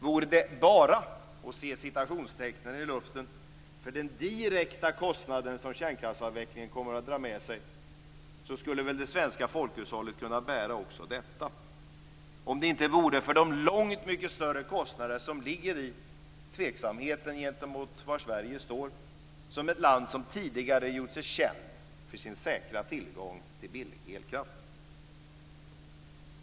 Vore det "bara" - se citationstecknet - den direkta kostnad som kärnkraftsavvecklingen kommer att dra med sig skulle väl det svenska folkhushållet kunna bära också detta, om det inte vore för de långt större kostnader som ligger i en tveksamhet om var Sverige står som ett land som tidigare gjort sig känt för sin säkra tillgång till billig elkraft.